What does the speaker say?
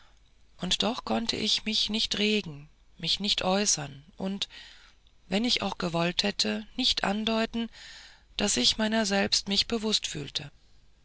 und doch konnte ich mich nicht regen mich nicht äußern und wenn ich auch gewollt hätte nicht andeuten daß ich meiner selbst mich bewußt fühlte